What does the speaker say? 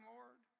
Lord